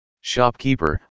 Shopkeeper